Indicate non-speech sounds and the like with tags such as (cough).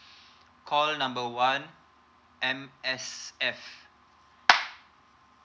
(breath) call number one M_S_F